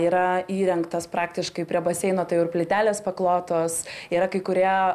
yra įrengtas praktiškai prie baseino tai jau ir plytelės paklotos yra kai kurie